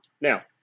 Now